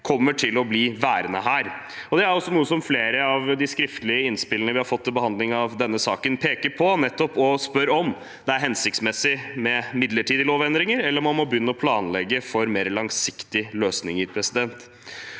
kommer til å bli værende her. Det er noe som flere av de skriftlige innspillene vi har fått ved behandlingen av denne saken, peker på, og de spør om det er hensiktsmessig med midlertidige lovendringer, eller om man må begynne å planlegge for mer langsiktige løsninger. Det